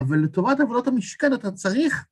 אבל לתורת עבודות המשכן, אתה צריך...